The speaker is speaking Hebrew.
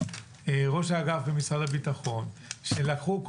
ביושר ראש אגף במשרד הביטחון שלקחו,